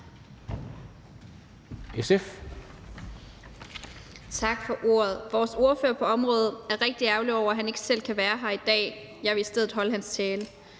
SF.